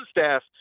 staff